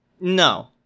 No